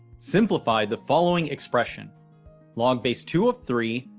simplify the following expression log base two of three,